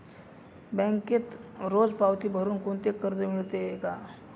बँकेत रोज पावती भरुन कोणते कर्ज मिळते का?